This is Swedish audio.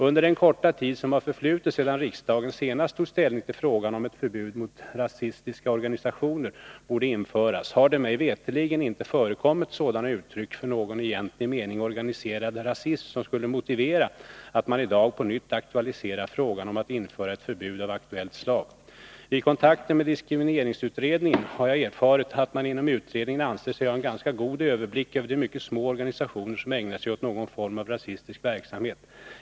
Under den korta tid som har förflutit sedan riksdagen senast tog ställning till frågan om ett förbud mot rasistiska organisationer borde införas har det mig veterligen inte förekommit sådana uttryck för någon i egentlig mening organiserad rasism, som skulle motivera att man i dag på nytt aktualiserar frågan om att införa ett förbud av aktuellt slag. Vid kontakter med diskrimineringsutredningen har jag erfarit att man inom utredningen anser sig ha en ganska god överblick över de mycket små organisationer som ägnar sig åt någon form av rasistisk verksamhet.